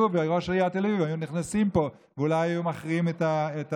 הוא וראש עיריית תל אביב היו נכנסים לפה ואולי היו מכריעים בבחירות.